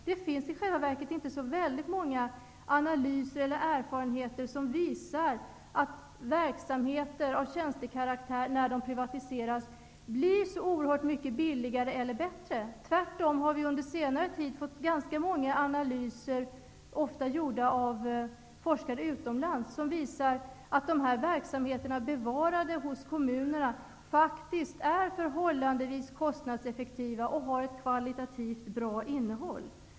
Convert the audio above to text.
Det finns i själva verket inte så väldigt många analyser eller erfarenheter som visar att verksamheter av tjänstekaraktär, när de privatiseras, blir så oerhört mycket billigare eller bättre. Tvärtom har vi under senare tid fått ta del av ganska många analyser, ofta gjorda av forskare utomlands, som visar att dessa verksamheter bevarade hos kommunerna faktiskt är förhållandevis kostnadseffektiva och har ett kvalitativt bra innehåll.